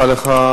תודה רבה לך,